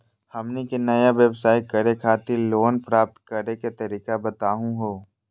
हमनी के नया व्यवसाय करै खातिर लोन प्राप्त करै के तरीका बताहु हो?